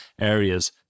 areas